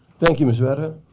thank you, ms. evara.